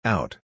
Out